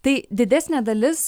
tai didesnė dalis